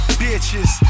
bitches